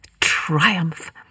triumph